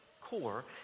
core